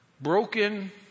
broken